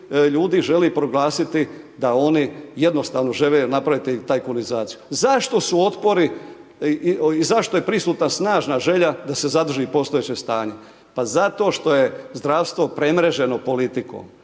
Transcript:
ljudi želi proglasiti da oni jednostavno žele napraviti tajkunizaciju. Zašto su otpori i zašto je prisutna snažna želja da se zadrži postojeće stanje? Pa zato što je zdravstvo premreženo politikom.